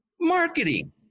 Marketing